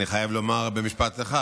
אני חייב לומר משפט אחד.